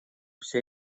все